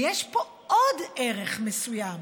ויש פה עוד ערך מסוים,